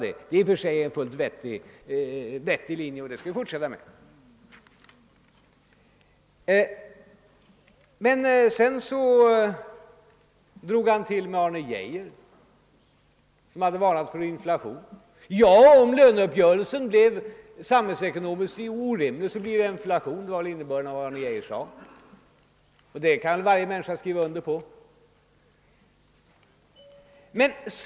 Detta är i och för sig en fullt vettig linje, och vi skall fortsätta med den. Därefter började han tala om Arne Geijer som varnat för inflation. Om löneuppgörelsen skulle bli samhällsekonomiskt orimlig, blir det inflation — det var innebörden i Arne Geijers uttalande. Det kan ju varje människa skriva under på.